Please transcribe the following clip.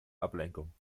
ablenkung